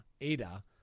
Ada